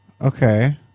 Okay